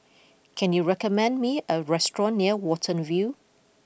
can you recommend me a restaurant near Watten View